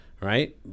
right